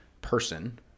person